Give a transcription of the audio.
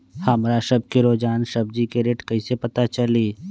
हमरा सब के रोजान सब्जी के रेट कईसे पता चली?